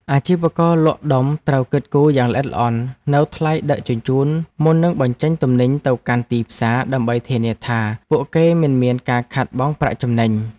អាជីវករលក់ដុំត្រូវគិតគូរយ៉ាងល្អិតល្អន់នូវថ្លៃដឹកជញ្ជូនមុននឹងបញ្ចេញទំនិញទៅកាន់ទីផ្សារ ដើម្បីធានាថាពួកគេមិនមានការខាតបង់ប្រាក់ចំណេញ។